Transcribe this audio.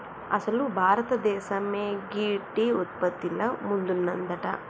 అసలు భారతదేసమే గీ టీ ఉత్పత్తిల ముందున్నదంట